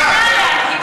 עדיף לשתוק.